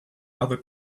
other